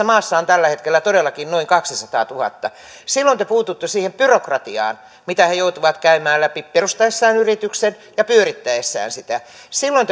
maassa on tällä hetkellä todellakin noin kaksisataatuhatta silloin te puututte siihen byrokratiaan mitä he joutuvat käymään läpi perustaessaan yrityksen ja pyörittäessään sitä silloin